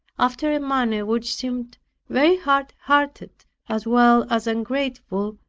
after a manner which seemed very hard-hearted as well as ungrateful,